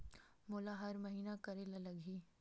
मोला हर महीना करे ल लगही?